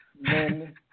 Men